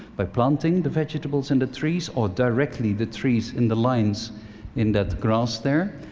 by planting the vegetables and the trees, or directly, the trees in the lines in that grass there,